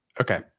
Okay